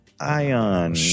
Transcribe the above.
Ion